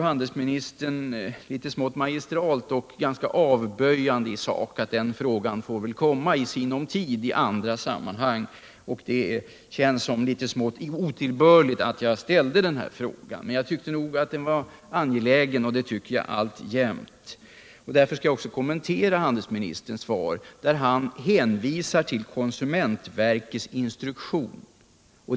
Handelsministern svarar smått magistralt och ganska avböjande i sak, att den frågan får väl komma upp i sinom tid i andra sammanhang. Det känns nästan litet otillbörligt att jag ställde frågan, men jag tyckte att den var angelägen och det tycker jag alltjämt. Därför skall jag också kommentera handelsministerns svar, där han hänvisar till konsumentverkets instruktion.